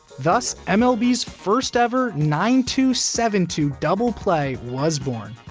thus, mlb's first ever nine two seven two double play was born.